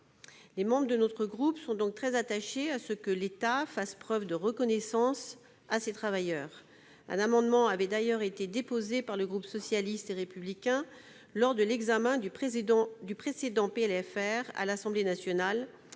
Les membres de notre groupe sont donc très attachés à ce que l'État fasse preuve de reconnaissance à l'égard de ces travailleurs. Un amendement en ce sens avait d'ailleurs été déposé par le groupe Socialistes et apparentés lors de l'examen du précédent PLFR à l'Assemblée nationale,